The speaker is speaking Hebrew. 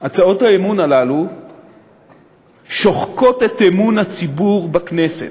הצעות האי-אמון הללו שוחקות את אמון הציבור בכנסת,